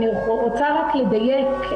אני רוצה רק לדייק,